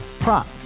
Prop